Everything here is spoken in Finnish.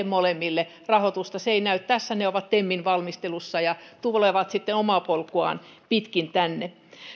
molemmille rahoitusta se ei näy tässä ne ovat temin valmistelussa ja tulevat sitten omaa polkuaan pitkin tänne